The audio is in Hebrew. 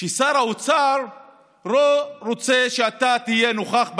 שר האוצר לא רוצה שאתה תהיה נוכח בישיבה.